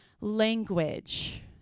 language